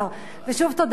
ושוב תודה, אדוני היושב-ראש.